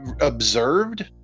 observed